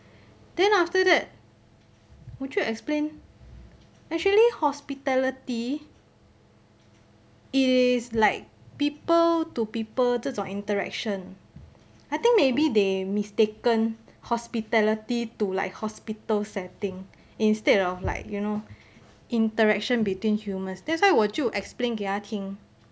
then after that 我就 explain actually hospitality is like people to people 这种 interaction I think maybe they mistaken hospitality to like hospital setting instead of like you know interaction between humans that's why 我就 explain 给他听